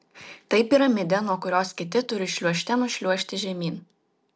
tai piramidė nuo kurios kiti turi šliuožte nušliuožti žemyn